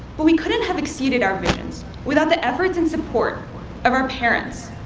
but we could not have exceeded our visions without the efforts and support of our parents,